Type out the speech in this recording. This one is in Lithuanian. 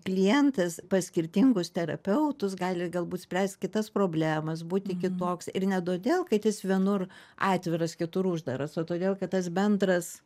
klientas pas skirtingus terapeutus gali galbūt spręst kitas problemas būti kitoks ir ne todėl kad jis vienur atviras kitur uždaras o todėl kad tas bendras